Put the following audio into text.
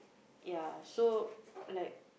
ya so like